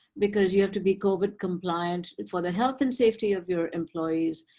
because you have to be covid compliant for the health and safety of your employees,